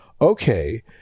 okay